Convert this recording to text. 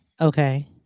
Okay